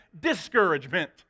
discouragement